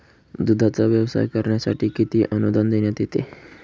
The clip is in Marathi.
दूधाचा व्यवसाय करण्यासाठी किती अनुदान देण्यात येते?